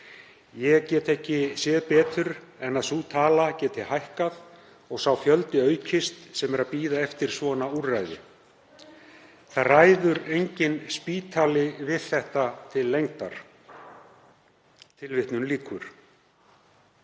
Ég get ekki séð betur en að sú tala geti hækkað og sá fjöldi aukist sem er að bíða eftir svona úrræði. Það ræður enginn spítali við þetta til lengdar.“ Herra